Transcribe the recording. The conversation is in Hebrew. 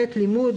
(ב) לימוד,